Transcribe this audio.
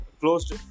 closed